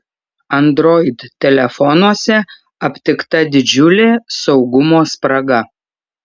android telefonuose aptikta didžiulė saugumo spraga